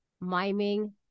miming